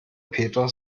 peter